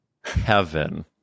heaven